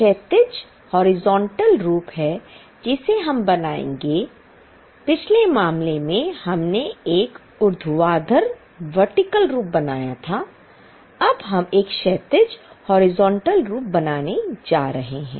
यह P और L का क्षैतिज रूप बनाने जा रहे हैं